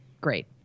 great